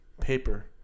paper